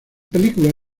película